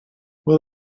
will